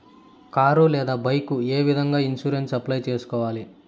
car లేదా bike ఏ విధంగా ఇన్సూరెన్సు అప్లై సేసుకోవాలి